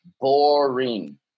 boring